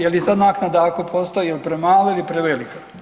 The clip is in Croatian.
Je li ta naknada ako postoji jel premala ili prevelika?